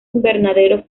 invernadero